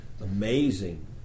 amazing